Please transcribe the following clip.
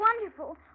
wonderful